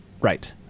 right